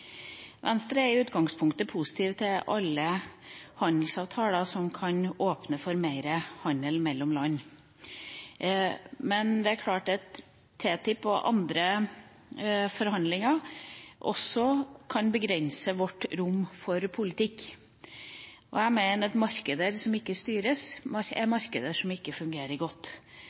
Venstre er i utgangspunktet positiv til alle handelsavtaler som kan åpne for mer handel mellom land. Det er klart at TTIP og andre forhandlinger kan begrense vårt rom for politikk. Jeg mener at markeder som ikke styres, er